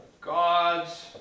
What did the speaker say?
God's